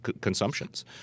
consumptions